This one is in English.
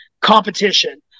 competition